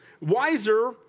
wiser